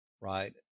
right